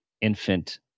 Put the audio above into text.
infant